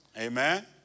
Amen